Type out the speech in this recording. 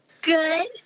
Good